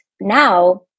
now